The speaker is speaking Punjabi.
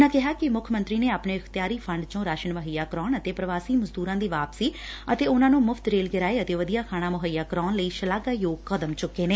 ਉਨ੍ਹਾਂ ਕਿਹਾ ਕਿ ਮੁੱਖ ਮੰਤਰੀ ਨੇ ਆਪਣੇ ਅਖਤਿਆਰੀ ਫੰਡ ਤੋਂ ਰਾਸ਼ਨ ਮੁਹੱਈਆ ਕਰਵਾਉਣ ਅਤੇ ਪ੍ਰਵਾਸੀ ਮਜ਼ਦੂਰਾਂ ਦੀ ਵਾਪਸੀ ਅਤੇ ਉਨ੍ਹਾਂ ਨੂੰ ਮੁਫਤ ਰੇਲ ਕਿਰਾਏ ਅਤੇ ਵਧੀਆ ਖਾਣਾ ਮੁਹੱਈਆ ਕਰਵਾਉਣ ਲਈ ਸ਼ਲਾਘਾਯੋਗ ਕਦਮ ਚੁੱਕੇ ਨੇ